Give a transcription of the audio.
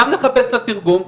גם לחפש לה תרגום,